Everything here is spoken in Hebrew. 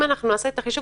אם אנחנו נעשה את החישוב,